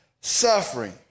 suffering